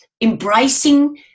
embracing